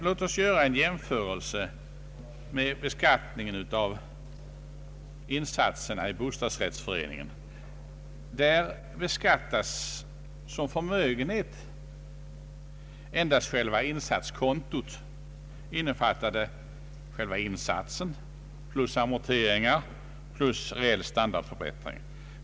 Låt oss göra en jämförelse med beskattningen av insatserna i bostadsrättsföreningarna. Som förmögenhet beskattas endast själva insatskontot, innefattande insatsen plus amorteringar och reell standardförbättring.